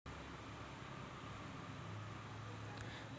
गृह विमा देखील अनेक खाजगी कंपन्यांद्वारे केला जातो